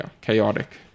chaotic